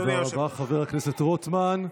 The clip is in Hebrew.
תודה רבה, חבר הכנסת רוטמן.